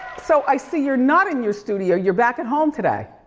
so i see you're not in your studio, you're back at home today.